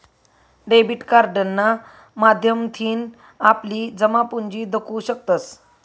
debit कार्डना माध्यमथीन आपली जमापुंजी दखु शकतंस